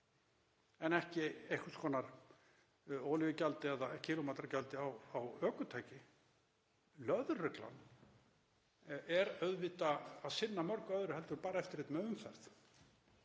en ekki einhvers konar olíugjaldi eða kílómetragjaldi á ökutæki. Lögreglan er auðvitað að sinna mörgu öðru heldur en bara eftirliti með umferð,